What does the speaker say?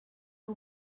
que